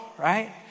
right